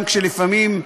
לפעמים,